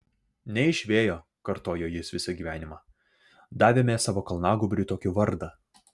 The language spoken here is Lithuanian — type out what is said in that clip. ne iš vėjo kartojo jis visą gyvenimą davėme savo kalnagūbriui tokį vardą